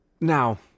Now